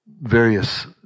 various